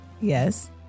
Yes